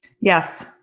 Yes